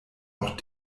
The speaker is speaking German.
noch